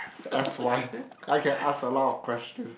S_Y I can ask a lot of question